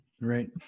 right